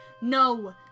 no